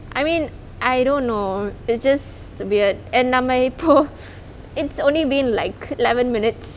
I mean I don't know it's just weird and நம்ம இப்போ:namma ippo it's only been like eleven minutes